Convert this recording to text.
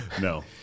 No